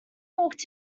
walked